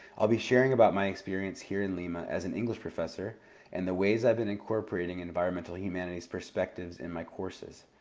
i'll be sharing about my experience here in lima as an english professor and the ways i've been incorporating environmental humanities perspectives in my courses.